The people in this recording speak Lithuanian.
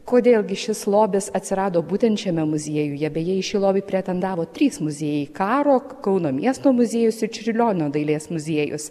kodėl gi šis lobis atsirado būtent šiame muziejuje beje į šį lobį pretendavo trys muziejai karo kauno miesto muziejus ir čiurlionio dailės muziejus